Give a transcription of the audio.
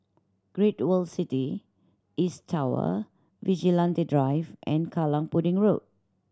Great World City East Tower Vigilante Drive and Kallang Pudding Road